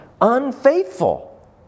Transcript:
unfaithful